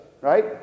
Right